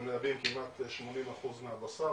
שמייבאים כמעט שמונים אחוז מהבשר.